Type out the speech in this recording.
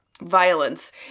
violence